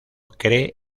cree